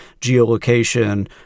geolocation